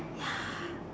ya